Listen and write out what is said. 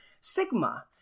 sigma